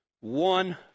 one